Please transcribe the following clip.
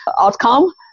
outcome